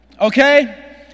okay